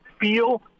feel